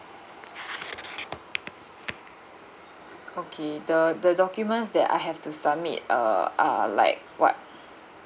okay the the documents that I have to submit uh are like what